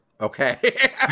Okay